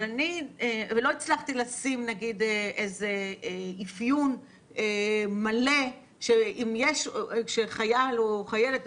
אבל לא הצלחתי לשים אפיון מלא שאם חייל או חיילת